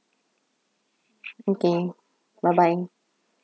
okay bye bye